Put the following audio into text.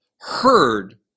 heard